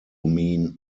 mean